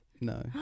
No